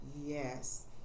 Yes